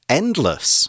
endless